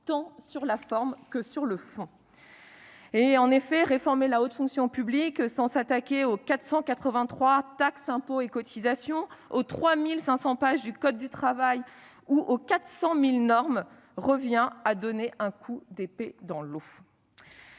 tant sur la forme que sur le fond. Réformer la haute fonction publique sans s'attaquer aux 483 taxes, impôts et cotisations, aux 3 500 pages du code du travail et aux 400 000 normes revient à donner un coup d'épée dans l'eau.